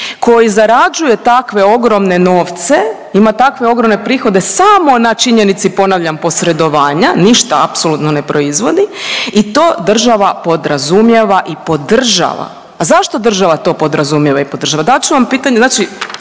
koji zarađuje takve ogromne novce, ima takve ogromne prihode samo na činjenici ponavljam posredovanja ništa apsolutno ne proizvodi i to država podrazumijeva i podržava. A zašto država to podrazumijeva i podržava? Dat ću vam pitanje,